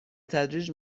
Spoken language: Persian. تدریج